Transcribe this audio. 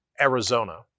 Arizona